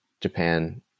Japan